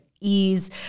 ease